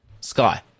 Sky